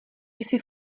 jsi